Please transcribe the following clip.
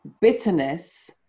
Bitterness